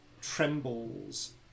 trembles